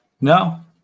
No